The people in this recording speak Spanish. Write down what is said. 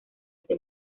este